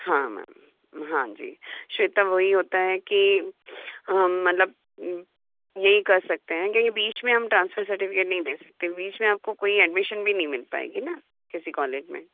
हाँ हाँ हाँ जी श्वेता वही होता है कि मतलब यही कर सकते हैं क्योंकि बीच में हम ट्रांसफ़र सर्टिफ़िकेट नहीं दे सकते बीच में आपको कहीं एडमिशन भी नहीं मिल पाएगी ना किसी कॉलेज में